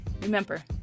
Remember